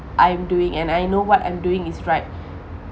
I'm doing and I know what I'm doing is right